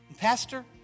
Pastor